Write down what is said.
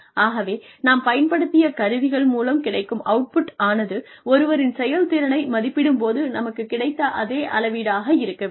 ஆகவே நாம் பயன்படுத்திய கருவிகள் மூலம் கிடைக்கும் அவுட்புட் ஆனது ஒருவரின் செயல்திறனை மதிப்பிடும் போது நமக்குக் கிடைத்த அதே அளவீடாக இருக்க வேண்டும்